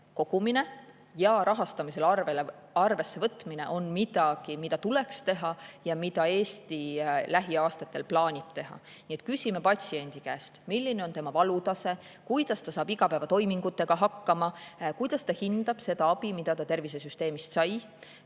kogumine ja rahastamisel arvesse võtmine on midagi, mida tuleks teha ja mida Eesti lähiaastatel plaanib teha. Küsime patsiendi käest, milline on tema valutase, kuidas ta saab igapäevatoimingutega hakkama, kuidas ta hindab seda abi, mida ta tervisesüsteemist sai.